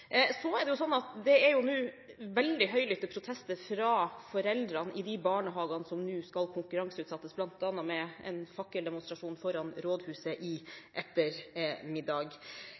Det er veldig høylytte protester fra foreldrene i de barnehagene som nå skal konkurranseutsettes, bl.a. med en fakkeldemonstrasjon foran Oslo rådhus i